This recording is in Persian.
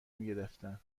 میگرفتن